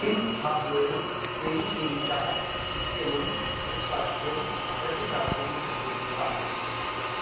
किं habanero peri peri sauce इत्यम् उत्पाद्यं प्रतिदातुं शक्यते वा